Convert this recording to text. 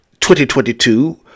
2022